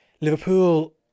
Liverpool